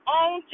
on